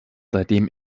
seitdem